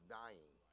dying